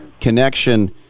Connection